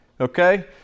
okay